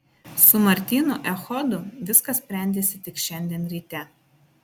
su martynu echodu viskas sprendėsi tik šiandien ryte